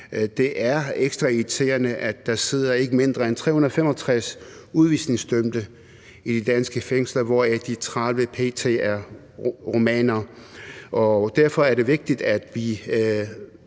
Det er ekstra irriterende, at der sidder ikke mindre end 365 udvisningsdømte i danske fængsler, hvoraf de 30 p.t. er rumænere. Derfor er det vigtigt, at vi